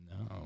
No